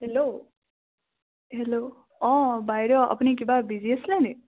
hello hello অঁ বাইদেউ আপুনি কিবা বিজি আছিলে নেকি